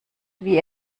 wie